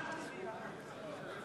כל הקבוצות למחוק את הסעיף,